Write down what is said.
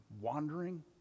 wandering